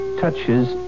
touches